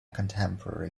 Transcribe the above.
contemporary